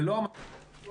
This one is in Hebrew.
ללא המסלול הפתוח,